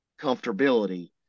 comfortability